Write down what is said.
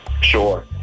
sure